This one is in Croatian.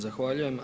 Zahvaljujem.